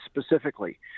specifically